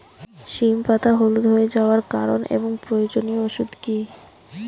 সিম পাতা হলুদ হয়ে যাওয়ার কারণ এবং প্রয়োজনীয় ওষুধ কি?